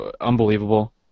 unbelievable